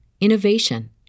innovation